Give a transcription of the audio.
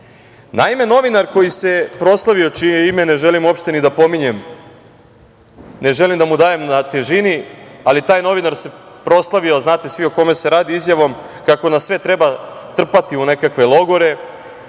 pamet. Naime, novinar koji se proslavio, čije ime ne želim uopšte ni da pominjem, ne želim da mu dajem na težini, ali taj novinar se proslavio, znate svi o kome se radi, izjavom kako nas sve treba strpati u nekakve logore,